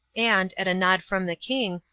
and, at a nod from the king,